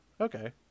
okay